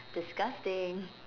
disgusting